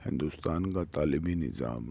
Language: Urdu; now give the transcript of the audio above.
ہندوستان کا تعلیمی نظام